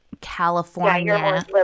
California